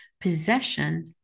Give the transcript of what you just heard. possession